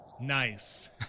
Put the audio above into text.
Nice